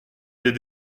des